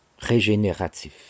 régénératif